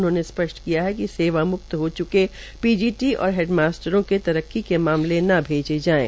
उन्होंने स्पष्ट किया है कि सेवाम्क्त हो च्के पीजीटी और हेडमास्टरों के तरक्की के मामले न भेजे जाये